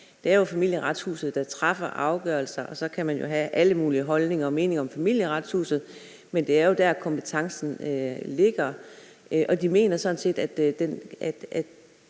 Det er Familieretshuset, der træffer afgørelse, og så kan man have alle mulige holdninger og meninger om Familieretshuset, men det er jo der, kompetencen ligger. Og de mener sådan set, at